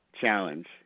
challenge